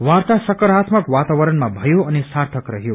वार्ता सकारात्मक वातावरणमा भयो अनि सार्थक रहयो